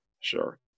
Sure